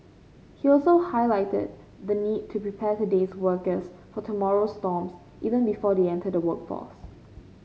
he also highlighted the need to prepare today's workers for tomorrow's storms even before they enter the workforce